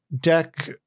Deck